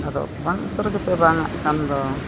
ᱟᱫᱚ ᱵᱟᱝ ᱩᱛᱟᱹᱨᱟᱜ ᱜᱮᱯᱮ ᱵᱟᱝ ᱟᱜ ᱠᱟᱱ ᱫᱚ